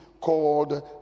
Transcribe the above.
called